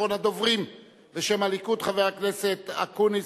אחרון הדוברים בשם הליכוד הוא חבר הכנסת אקוניס,